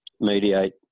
mediate